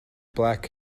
black